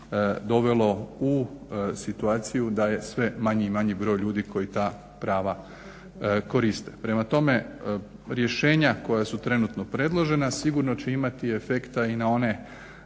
dovelo u situaciju da je sve manje i manji broj ljudi koji ta prava koriste. Prema tome, rješenja koja su trenutno predložena sigurno će imati efekta i na one